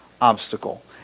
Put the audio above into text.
obstacle